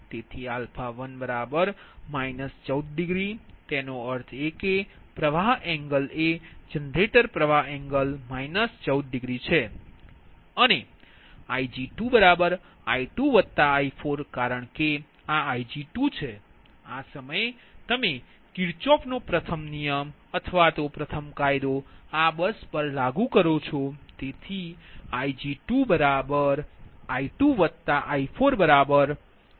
તેથી 1 14 તેનો અર્થ એ કે પ્રવાહ એંગલ એ જનરેટર પ્રવાહ એંગલ 14 છે અને Ig2I2I4 કારણ કે આ Ig2છે આ સમયે તમે કિર્ચહોફનો પ્રથમ કાયદો આ બસ પર લાગુ કરો છો